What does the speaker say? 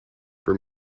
for